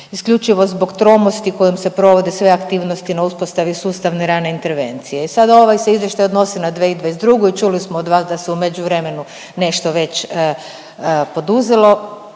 isključivo zbog tromosti kojom se provode sve aktivnosti na uspostavi sustavne rane intervencije i sad ovaj se izvještaj odnosi na 2022. i čuli smo od vas da se u međuvremenu nešto već poduzelo,